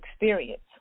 experience